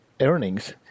earnings